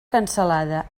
cansalada